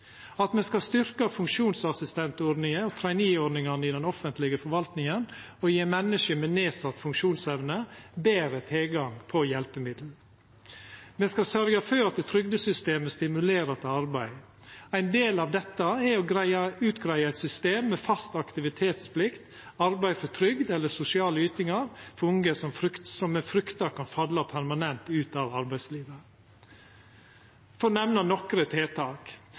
at me skal styrkja funksjonsassistentordninga og trainee-ordningane i den offentlege forvaltinga og gje menneske med nedsett funksjonsevne betre tilgang på hjelpemiddel. Me skal sørgja for at trygdesystemet stimulerer til arbeid. Ein del av dette er å greia ut eit system med fast aktivitetsplikt, arbeid for trygd eller sosiale ytingar for unge som me fryktar kan falla permanent ut av arbeidslivet. Dette for å nemna nokre tiltak,